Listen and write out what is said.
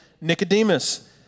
Nicodemus